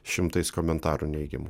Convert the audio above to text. šimtais komentarų neigiamų